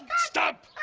stop!